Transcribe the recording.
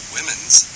Women's